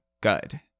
Good